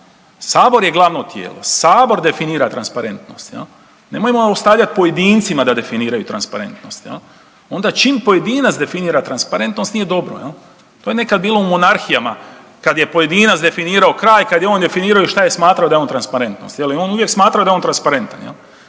Sabor je glavno tijelo. Sabor definira transparentnost, jel. Nemojmo ostavljat pojedincima da definiraju transparentnost. Onda čim pojedinac definira transparentnost, nije dobro, jel. To je nekad bilo u monarhijama, kad je pojedinac definirao kraj, kad je on definirao i šta je smatrao da je on transparentnost, jel, on je uvijek smatrao da je transparentan,